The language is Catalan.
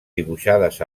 dibuixades